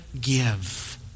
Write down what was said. give